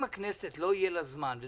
אם לכנסת לא יהיה זמן לדון בתקציב,